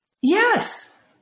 Yes